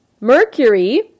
Mercury